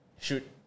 Shoot